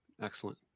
Excellent